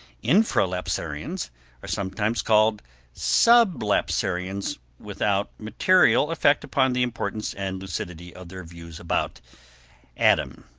infralapsarians are sometimes called sublapsarians without material effect upon the importance and lucidity of their views about adam.